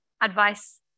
advice